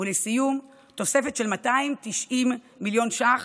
ולסיום, תוספת של 290 מיליון ש"ח